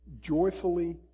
joyfully